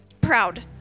proud